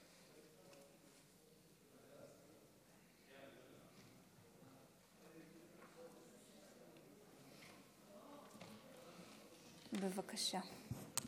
בבקשה.